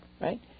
Right